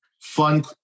Fun